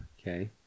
Okay